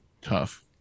tough